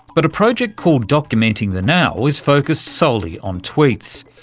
but a project called documenting the now is focussed solely on tweets.